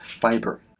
fiber